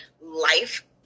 life